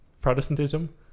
Protestantism